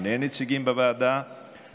שני נציגים בוועדה,